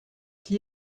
qui